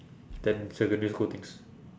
than secondary school things